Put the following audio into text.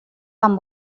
amb